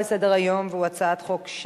בעד הצעות החוק,